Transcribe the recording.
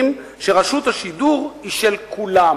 מבינים שרשות השידור היא של כולם.